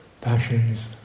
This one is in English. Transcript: passions